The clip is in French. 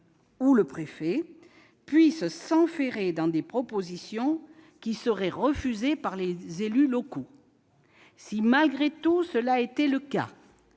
ou un préfet -puisse s'enferrer dans des propositions qui seraient refusées par les élus locaux. Si, malgré tout, tel était le cas,